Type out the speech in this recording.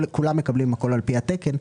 וכולם מקבלים הכול על פי התקן.